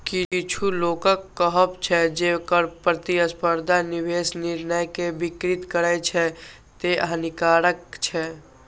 किछु लोकक कहब छै, जे कर प्रतिस्पर्धा निवेश निर्णय कें विकृत करै छै, तें हानिकारक छै